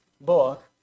book